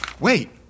Wait